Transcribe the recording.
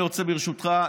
ברשותך,